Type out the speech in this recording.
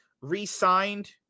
re-signed